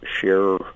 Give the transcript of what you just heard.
share